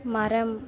மரம்